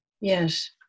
Yes